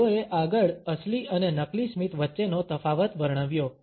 તેઓએ આગળ અસલી અને નકલી સ્મિત વચ્ચેનો તફાવત વર્ણવ્યો